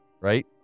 right